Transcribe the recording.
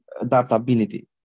adaptability